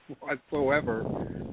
whatsoever